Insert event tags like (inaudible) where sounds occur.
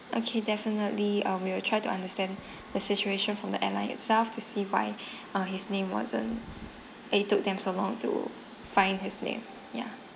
okay definitely uh we will try to understand the situation from the airline itself to see why (breath) uh his name wasn't and it took them so long to find his name ya